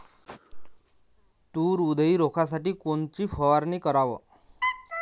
तूर उधळी रोखासाठी कोनची फवारनी कराव?